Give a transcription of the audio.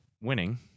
winning